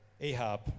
Ahab